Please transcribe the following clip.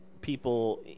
people